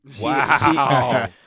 wow